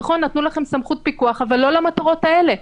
נכון, נתנו לכם סמכות פיקוח אבל לא למטרות האלה,